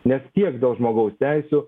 nes tiek dėl žmogaus teisių